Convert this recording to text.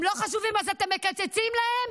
הם לא חשובים, אז אתם מקצצים להם?